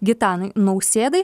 gitanui nausėdai